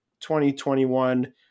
2021